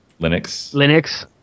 Linux